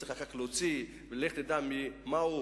וצריך אחר כך להוציא ממנה סעיפים.